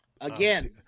Again